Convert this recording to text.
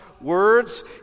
words